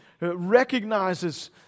recognizes